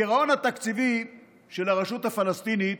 הגירעון התקציבי של הרשות הפלסטינית